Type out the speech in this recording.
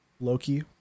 Loki